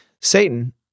Satan